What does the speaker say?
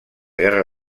guerra